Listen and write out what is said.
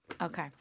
Okay